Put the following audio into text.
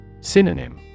Synonym